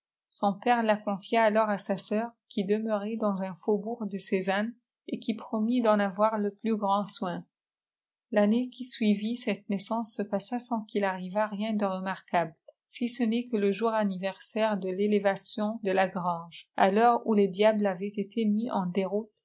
son père la confia alors à sa sœur qui denorait dans un foubourg de sézanne et qui promit d'en avoir le ph eand soin l'année qui suivit cette naissance se mssa sans qu'il arrivât rien de remarquable si ce n'est que le jour anniversaire de l'élévation de la grange à l'heure où les diables avaient été mis en déroute